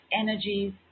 energies